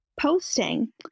posting